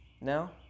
now